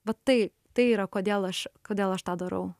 va tai tai yra kodėl aš kodėl aš tą darau